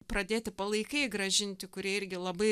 pradėti palaikai grąžinti kurie irgi labai